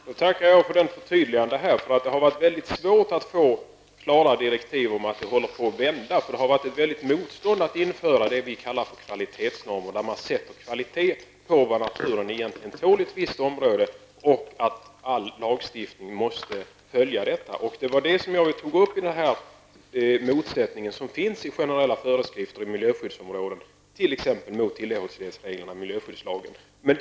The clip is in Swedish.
Herr talman! Jag tackar för det förtydligandet. Det har varit svårt att få klara direktiv om att det sker en vändning. Det har varit ett motstånd mot att införa det vi kallar för kvalitéetsnormer, där man ställer kvalitetskrav på vad naturen egentligen tål i ett visst område och föreskriver att all lagstiftning måste följa detta. Jag tog upp den motsättning som finns mellan de generella föreskrifterna för miljöskyddsområdet och t.ex. tillåtlighetsreglerna i miljöskyddslagen.